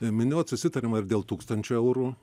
minėjot susitariama ir dėl tūkstančio eurų